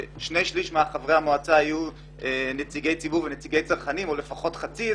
שני שליש מחברי המועצה יהיו נציגי ציבור ונציגי צרכנים או לפחות חצי.